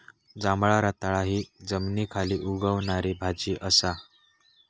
जांभळा रताळा हि जमनीखाली उगवणारी भाजी असा